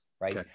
right